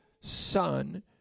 Son